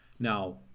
Now